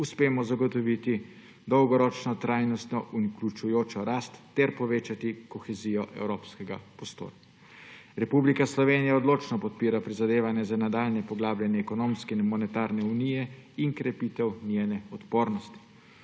uspemo zagotoviti dolgoročno trajnostno in vključujočo rast ter povečati kohezijo evropskega prostora. Republika Slovenija odločno podpira prizadevanje za nadaljnje poglabljanje ekonomske in monetarne unije in krepitev njene odpornosti.